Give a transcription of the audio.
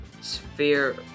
sphere